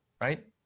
right